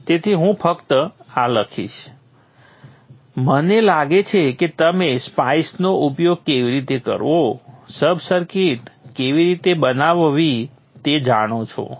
તેથી હું ફક્ત આ લખીશ મને લાગે છે કે તમે સ્પાઇસનો ઉપયોગ કેવી રીતે કરવો સબ સર્કિટ કેવી રીતે બનાવવી તે જાણો છો